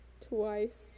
twice